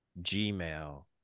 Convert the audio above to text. Gmail